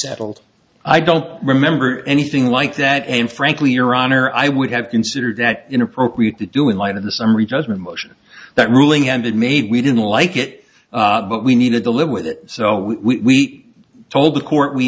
settled i don't remember anything like that and frankly your honor i would have considered that inappropriate to do in light of the summary judgment motion that ruling and maybe we didn't like it but we needed to live with it so we told the court we